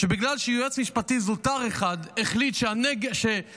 בגלל שיועץ משפטי זוטר אחד החליט שקריית